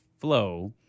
flow